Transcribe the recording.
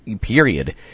period